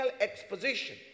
exposition